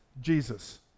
Jesus